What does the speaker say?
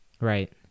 Right